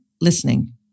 listening